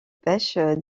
pêche